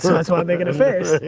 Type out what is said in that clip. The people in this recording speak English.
so that's why i'm making a face.